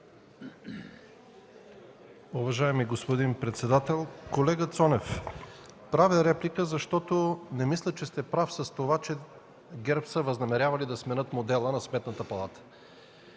Уважаеми господин председател! Колега Цонев, правя реплика, защото не мисля, че сте прав с това, че ГЕРБ са възнамерявали да сменят модела на Сметната палата.